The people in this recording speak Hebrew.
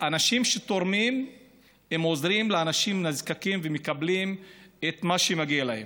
אנשים שתורמים עוזרים לאנשים נזקקים ומקבלים את מה שמגיע להם.